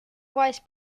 vice